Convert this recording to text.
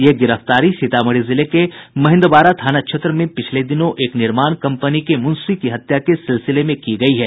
ये गिरफ्तारी सीतामढ़ी जिले के महिंदबारा थाना क्षेत्र में पिछले दिनों एक निर्माण कंपनी के मुंशी की हत्या के सिलसिले में की गयी है